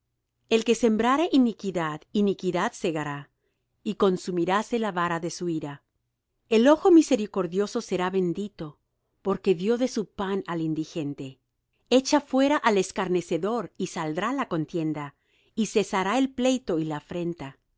el que sembrare iniquidad iniquidad segará y consumiráse la vara de su ira el ojo misericordioso será bendito porque dió de su pan al indigente echa fuera al escarnecedor y saldrá la contienda y cesará el pleito y la afrenta